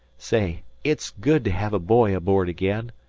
say, it's good to hev a boy aboard again.